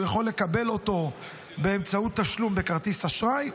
והוא יכול לקבל אותו באמצעות תשלום בכרטיס אשראי,